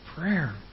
Prayer